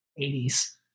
80s